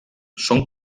són